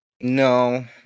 No